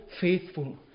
faithful